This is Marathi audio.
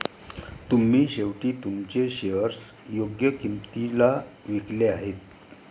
तुम्ही शेवटी तुमचे शेअर्स योग्य किंमतीला विकले आहेत